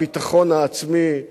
הביטחון העצמי,